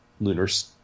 Lunar's